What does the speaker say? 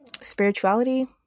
spirituality